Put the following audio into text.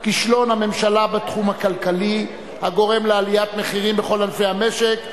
כישלון הממשלה בתחום הכלכלי הגורם לעליית מחירים בכל ענפי המשק,